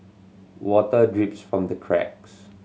water drips from the cracks